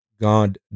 God